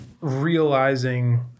realizing